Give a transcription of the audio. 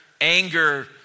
anger